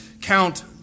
count